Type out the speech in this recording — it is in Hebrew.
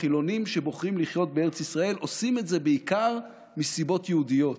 החילונים שבוחרים לחיות בארץ ישראל עושים את זה בעיקר מסיבות יהודיות.